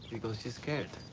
because she's scared.